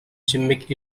gimmick